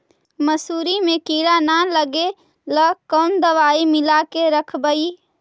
मसुरी मे किड़ा न लगे ल कोन दवाई मिला के रखबई?